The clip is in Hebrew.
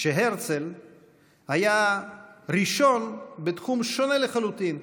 כשהרצל היה ראשון בתחום שונה לחלוטין.